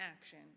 action